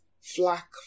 flack